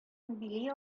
били